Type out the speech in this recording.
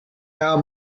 how